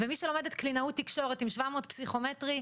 ומי שלומדת קלינאות תקשורת עם 700 פסיכומטרי,